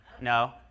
no